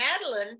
Madeline